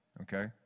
Okay